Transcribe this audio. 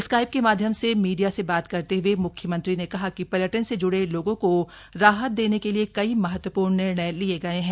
Skype के माध्यम से मीडिया से बात करते हए म्ख्यमंत्री ने कहा कि पर्यटन से जुड़े लोगो को राहत देने के लिए कई महत्वपूर्ण निर्णय लिए गए हैं